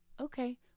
Okay